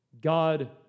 God